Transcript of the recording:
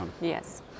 Yes